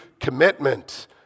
commitment